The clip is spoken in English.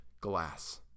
glass